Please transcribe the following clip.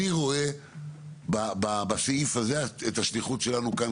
אני רואה בסעיף הזה את השליחות שלנו כאן